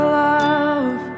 love